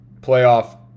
playoff